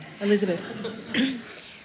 Elizabeth